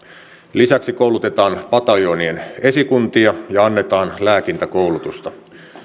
lisäksi koulutetaan pataljoonien esikuntia ja annetaan lääkintäkoulutusta